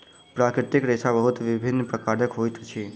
प्राकृतिक रेशा बहुत विभिन्न प्रकारक होइत अछि